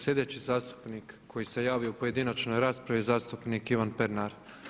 Sljedeći zastupnik koji se javio u pojedinačnoj raspravi je zastupnik Ivan Pernar.